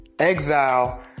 exile